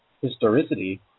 historicity